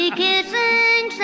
kissing